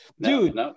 Dude